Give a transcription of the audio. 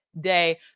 day